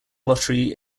lottery